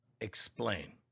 Explain